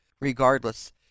regardless